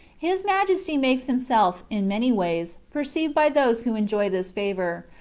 his majesty makes himself, in many ways, perceived by those who enjoy this favour.